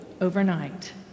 overnight